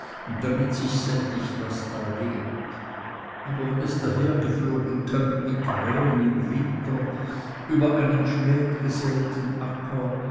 damit sich sättigt was da lebt aber wenn es dahergeflogen kömmt wie krähen im winter über einen spät gesäeten acker